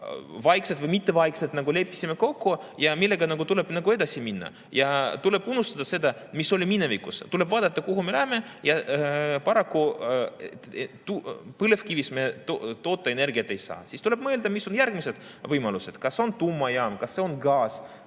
vaikselt või mittevaikselt leppisime kokku ja millega tuleb edasi minna. Tuleb unustada see, mis oli minevikus, tuleb vaadata, kuhu me läheme. Ja paraku, kui põlevkivist energiat toota ei saa, siis tuleb mõelda, mis on järgmised võimalused: kas see on tuumajaam, kas see on gaas